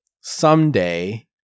someday